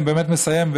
אני באמת מסיים,